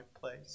place